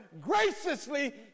graciously